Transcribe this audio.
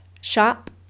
shop